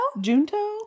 Junto